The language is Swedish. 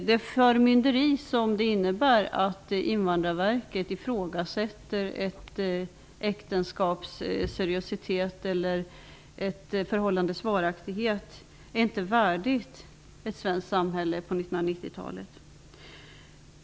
Det förmynderi som det faktum att Invandrarverket ifrågasätter ett äktenskaps seriositet eller ett förhållandes varaktighet innebär är inte värdigt ett svenskt samhälle på 1990-talet.